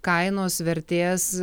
kainos vertės